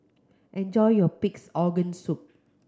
enjoy your Pig's Organ Soup